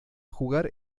jugar